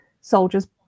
soldiers